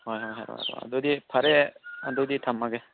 ꯍꯣꯏ ꯍꯣꯏ ꯍꯣꯏ ꯑꯗꯨꯗꯤ ꯐꯔꯦ ꯑꯗꯨꯗꯤ ꯊꯝꯃꯒꯦ